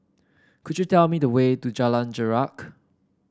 could you tell me the way to Jalan Jarak